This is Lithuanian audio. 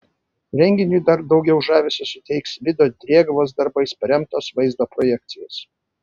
renginiui dar daugiau žavesio suteiks vido drėgvos darbais paremtos vaizdo projekcijos